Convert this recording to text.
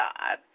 God